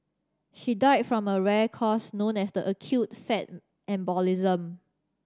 she died from a rare cause known as acute fat embolism